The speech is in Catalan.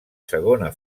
segona